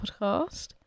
podcast